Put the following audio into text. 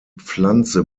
pflanze